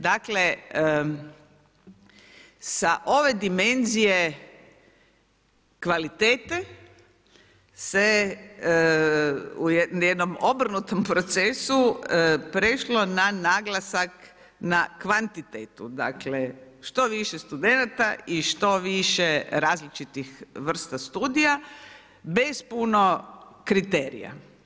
Dakle, sa ove dimenzije kvalitete se u jednom obrnutom procesu prošlo na naglasak na kvantitetu, dakle što više studenata i što više različitih studija bez puno kriterija.